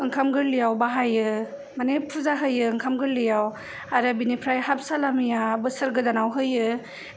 ओंखाम गोर्लैयाव बाहायो मानि फुजा होयो ओंखाम गोर्लैयाव आरो बिनिफ्राय हाफ सालामिया बोसोर गोदानाव होयो